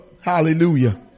hallelujah